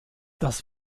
das